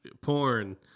Porn